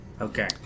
Okay